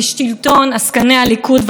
מי שמפר את אמון הציבור,